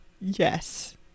Yes